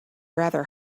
rather